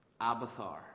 Abathar